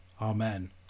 Amen